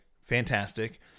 fantastic